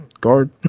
guard